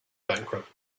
bankrupt